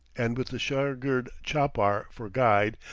and with the shagird-chapar for guide,